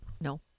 No